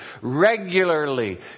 regularly